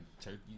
turkey